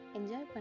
Enjoy